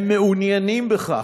הם מעוניינים בכך,